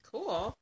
Cool